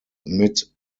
mid